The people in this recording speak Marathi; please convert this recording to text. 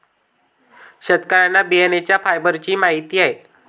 शेतकऱ्यांना बियाण्यांच्या फायबरचीही माहिती आहे